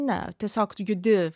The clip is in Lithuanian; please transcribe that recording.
ne tiesiog judi